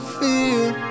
feel